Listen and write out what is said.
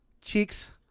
Cheeks